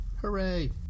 Hooray